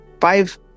five